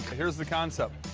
here's the concept.